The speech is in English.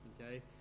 okay